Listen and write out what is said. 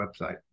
website